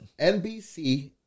NBC –